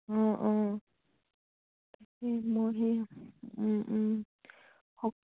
অঁ অঁ তাকে মই সেই